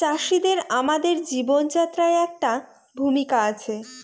চাষিদের আমাদের জীবনযাত্রায় একটা ভূমিকা আছে